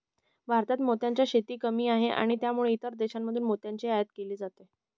भारतात मोत्यांची शेती कमी आहे आणि त्यामुळे इतर देशांतून मोत्यांची आयात केली जाते